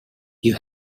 you